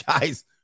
guys